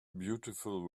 beautiful